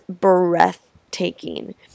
breathtaking